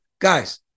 Guys